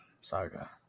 saga